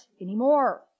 anymore